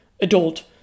adult